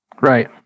Right